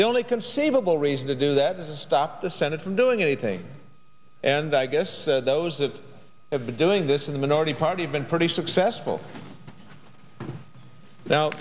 the only conceivable reason to do that and stop the senate from doing anything and i guess those that have been doing this in the minority party been pretty successful now